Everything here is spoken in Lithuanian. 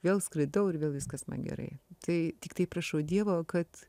vėl skraidau ir vėl viskas man gerai tai tiktai prašau dievo kad